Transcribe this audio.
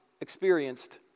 experienced